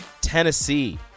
Tennessee